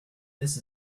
this